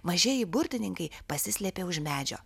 mažieji burtininkai pasislėpė už medžio